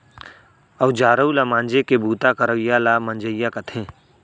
औजार उव ल मांजे के बूता करवइया ल मंजइया कथें